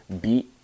beat